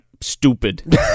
stupid